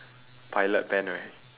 pilot pen right